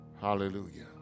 Hallelujah